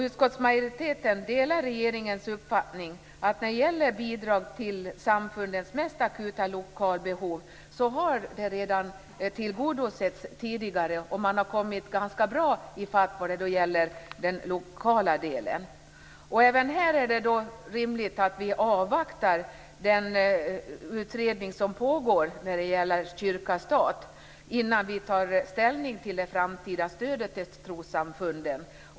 Utskottsmajoriteten delar regeringens uppfattning att kravet på bidrag till samfundens mest akuta lokalbehov redan tidigare har tillgodosetts. Man har kommit ganska långt när det gäller att täcka lokalbehovet. Även här är det rimligt att avvakta den utredning som pågår när det gäller kyrka-stat innan vi tar ställning till det framtida stödet till trossamfunden.